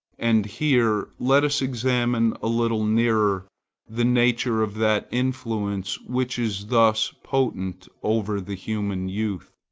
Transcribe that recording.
and here let us examine a little nearer the nature of that influence which is thus potent over the human youth.